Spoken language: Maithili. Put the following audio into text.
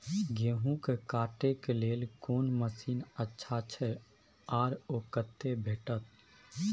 गेहूं के काटे के लेल कोन मसीन अच्छा छै आर ओ कतय भेटत?